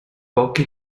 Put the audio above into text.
pochi